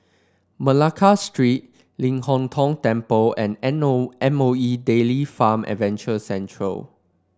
Malacca Street Ling Hong Tong Temple and M O M O E Dairy Farm Adventure Centre